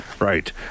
Right